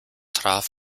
traf